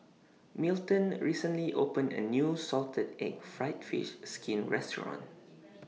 Milton recently opened A New Salted Egg Fried Fish Skin Restaurant